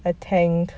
a tank